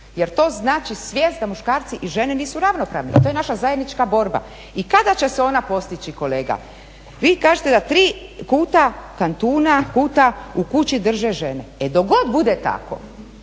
jer to znači svijest da muškarci i žene nisu ravnopravne. To je naša zajednička borba. I kada će se ona postići kolega? Vi kažete da tri kuta kantuna, kuta u kući drže žene. E dok god bude tako,